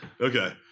Okay